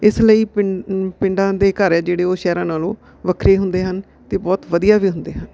ਇਸ ਲਈ ਪਿੰ ਪਿੰਡਾਂ ਦੇ ਘਰ ਹੈ ਜਿਹੜੇ ਉਹ ਸ਼ਹਿਰਾਂ ਨਾਲੋਂ ਵੱਖਰੇ ਹੁੰਦੇ ਹਨ ਅਤੇ ਬਹੁਤ ਵਧੀਆ ਵੀ ਹੁੰਦੇ ਹਨ